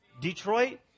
Detroit